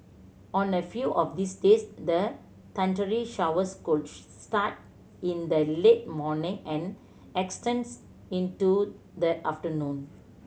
on a few of these days the thundery showers could start in the late morning and extends into the afternoon